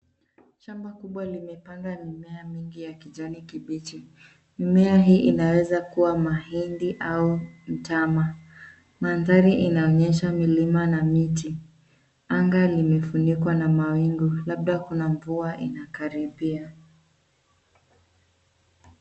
Shamba kubwa limepandwa mimea mingi ya kijani kibichi. Mimea hii inaweza kuwa mahindi au mtama. Mandhari inaonyesha milima na miti. Anga limefunikwa na mawingu, labda kuna mvua inakaribia.